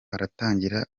aratangira